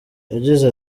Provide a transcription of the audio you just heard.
yagize